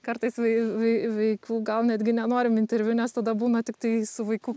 kartais vai vai vaikų gal netgi nenorim interviu nes tada būna tiktai su vaiku